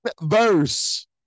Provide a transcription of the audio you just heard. verse